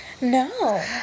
No